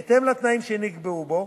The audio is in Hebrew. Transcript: בהתאם לתנאים שנקבעו בו.